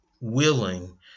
willing